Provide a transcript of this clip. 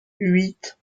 huit